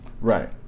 Right